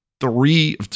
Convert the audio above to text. three